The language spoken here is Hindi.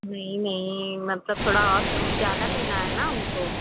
नहीं नहीं मतलब थोड़ा और कम ज़्यादा लेना है ना हमको